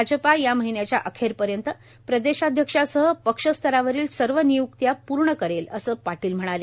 भाजपा या महिन्याच्या अखेरपर्यंत प्रदेशाध्यक्षासह पक्ष स्तरावरील सर्व नियुक्त्या पूर्ण करेल असं पाटील म्हणाले